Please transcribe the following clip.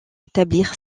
établir